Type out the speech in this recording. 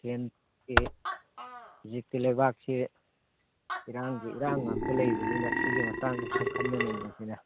ꯍꯧꯖꯤꯛꯇꯤ ꯂꯩꯕꯥꯛꯁꯤ ꯏꯔꯥꯡꯒꯤ ꯏꯔꯥꯡ ꯉꯥꯛꯇ ꯂꯩꯕꯅꯤꯅ ꯁꯤꯒꯤ ꯃꯇꯥꯡꯗ ꯈꯔ ꯈꯟꯅ ꯅꯩꯅꯁꯤꯅꯦ